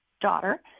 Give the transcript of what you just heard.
daughter